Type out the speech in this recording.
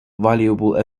valuable